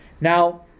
Now